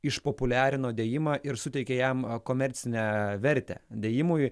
išpopuliarino dėjimą ir suteikė jam komercinę vertę dėjimui